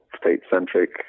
state-centric